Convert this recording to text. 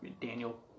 Daniel